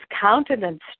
countenance